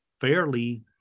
fairly